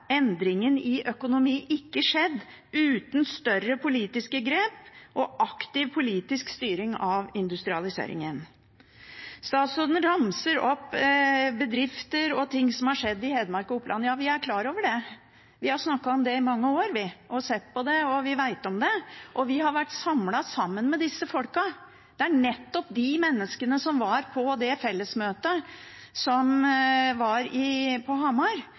endringen i økonomien ikke skjedd uten større politiske grep og aktiv politisk styring av industrialiseringen. Statsråden ramser opp bedrifter og ting som har skjedd i Hedmark og Oppland. Ja, vi er klar over det, vi har snakket om det i mange år, vi, og sett på det; vi vet om det, og vi har vært sammen med disse folkene. Det er nettopp de menneskene som var på det fellesmøtet som var på Hamar,